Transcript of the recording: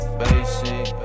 basic